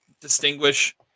distinguish